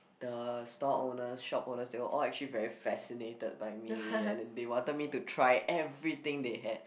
the store owners shop owners they were all actually very fascinated by me and then they wanted me to try everything they had